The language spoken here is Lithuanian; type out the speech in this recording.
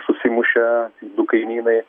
susimušė du kaimynai